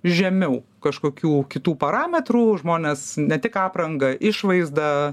žemiau kažkokių kitų parametrų žmonės ne tik aprangą išvaizdą